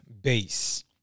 base